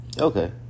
Okay